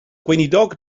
gweinidog